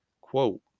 quote